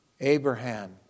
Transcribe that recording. Abraham